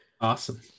Awesome